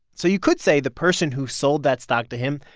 so you could say the person who sold that stock to him,